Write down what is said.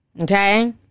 Okay